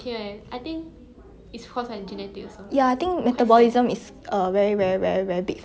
I know a lot people like even though they limit their diet right then they like they trying to lose weight but then